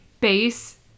base